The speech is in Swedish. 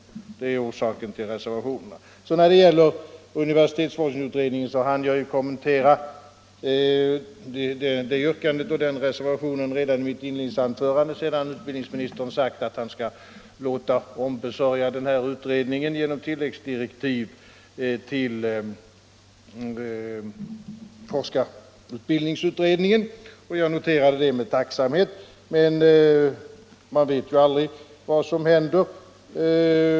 När det gäller universitetsforskningsutredningen hann jag kommentera yrkandet och reservationen redan i mitt inledningsanförande, sedan utbildningsministern sagt att han skall låta ombesörja den önskade utredningen genom tilläggsdirektiv till forskarutbildningsutredningen. Jag noterade detta med tacksamhet, men man vet ju aldrig vad som händer.